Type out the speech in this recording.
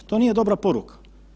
To nije dobra poruka.